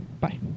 Bye